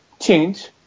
change